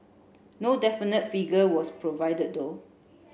no definite figure was provided though